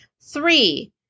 Three